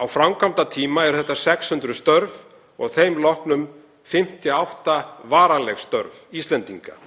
Á framkvæmdatíma eru þetta 600 störf og þeim loknum 58 varanleg störf Íslendinga.